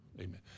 Amen